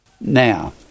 Now